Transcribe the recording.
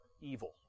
evil